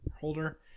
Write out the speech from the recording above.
holder